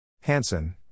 Hansen